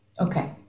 Okay